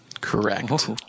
Correct